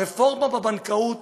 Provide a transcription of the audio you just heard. הרפורמה בבנקאות